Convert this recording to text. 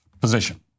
position